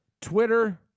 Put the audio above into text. Twitter